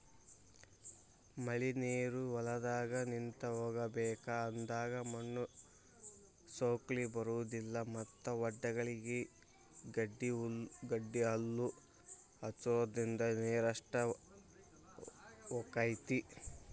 ಮಳಿನೇರು ಹೊಲದಾಗ ನಿಂತ ಹೋಗಬೇಕ ಅಂದಾಗ ಮಣ್ಣು ಸೌಕ್ಳಿ ಬರುದಿಲ್ಲಾ ಮತ್ತ ವಡ್ಡಗಳಿಗೆ ಗಡ್ಡಿಹಲ್ಲು ಹಚ್ಚುದ್ರಿಂದ ನೇರಷ್ಟ ಹೊಕೈತಿ